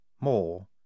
more